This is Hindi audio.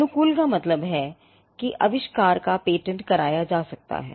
अनुकूल का मतलब है कि आविष्कार का पेटेंट कराया जा सकता है